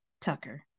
Tucker